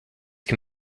can